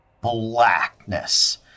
blackness